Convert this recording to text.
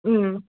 ம்